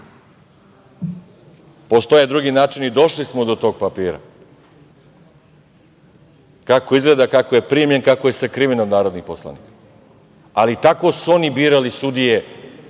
ga. Postoje drugi načini došli smo do tog papira. Kako izgleda, kako je primljen, kako je sakriven od narodnih poslanika, ali tako su oni birali sudije